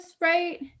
right